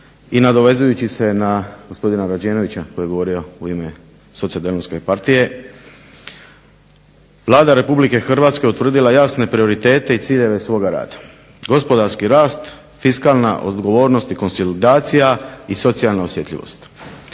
i nadovezujući se na gospodina Rađenovića koji je govorio u ime SDP-a Vlada RH utvrdila je jasne prioritete i ciljeve svoga rada. Gospodarski rast, fiskalna odgovornost i konsolidacija i socijalna osjetljivost.